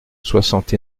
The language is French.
soixante